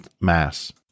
Mass